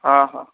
ହଁ ହଁ